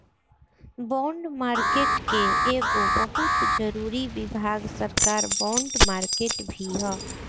bond market के एगो बहुत जरूरी विभाग सरकार बॉन्ड मार्केट भी ह